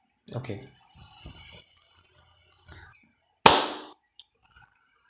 okay